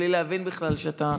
בלי להבין בכלל שאתה